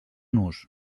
nus